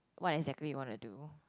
what exactly what I do